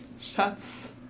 Schatz